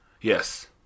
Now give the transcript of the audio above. Yes